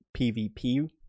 PvP